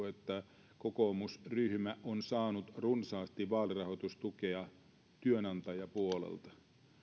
että kokoomusryhmä on saanut runsaasti vaalirahoitustukea työnantajapuolelta